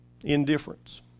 Indifference